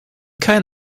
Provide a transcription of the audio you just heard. kein